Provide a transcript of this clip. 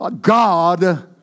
God